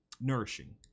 nourishing